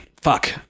Fuck